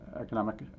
economic